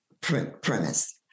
premise